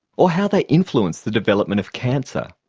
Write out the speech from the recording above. or how they influence the development of cancer?